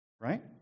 Right